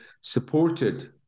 supported